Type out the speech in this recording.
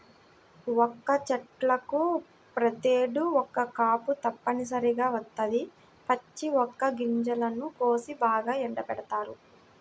వక్క చెట్లకు ప్రతేడు ఒక్క కాపు తప్పనిసరిగా వత్తది, పచ్చి వక్క గింజలను కోసి బాగా ఎండబెడతారు